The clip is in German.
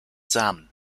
samen